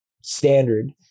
standard